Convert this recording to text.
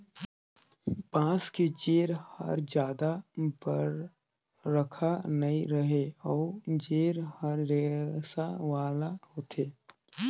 बांस के जेर हर जादा बड़रखा नइ रहें अउ जेर हर रेसा वाला होथे